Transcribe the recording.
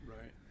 Right